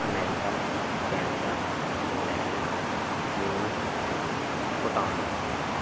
America Canada England China Bhutan